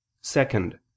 Second